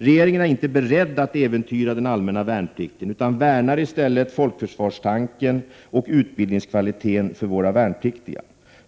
Regeringen är inte beredd att äventyra den allmänna värnplikten utan värnar i stället folkförsvarstanken och utbildningskvaliteten för våra värnpliktiga.